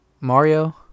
Mario